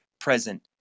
present